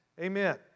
Amen